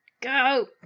Go